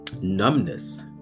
numbness